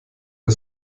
der